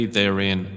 therein